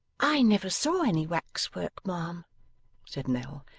i never saw any wax-work, ma'am said nell.